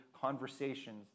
conversations